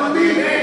לוח זמנים.